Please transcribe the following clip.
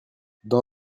dans